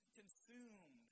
consumed